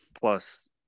plus